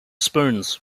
spoons